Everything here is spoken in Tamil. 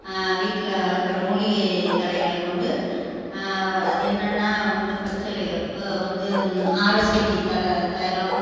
வீட்டில் வளர்க்கிற மூலிகை தழைகளை கொண்டு அது என்னென்னா வந்து பச்சை இலைகள் வந்து ஆரஸ்பதி தழை தைலம்